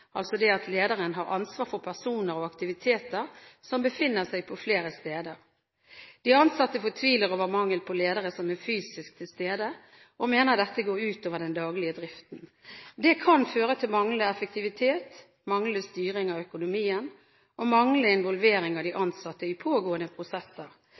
altså at lederen har ansvar for personer og aktiviteter som befinner seg på flere steder. De ansatte fortviler over mangel på ledere som er fysisk til stede, og mener dette går ut over den daglige driften. Det kan føre til manglende effektivitet, manglende styring av økonomien og manglende involvering av de ansatte i pågående prosesser.